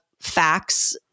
facts